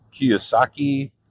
Kiyosaki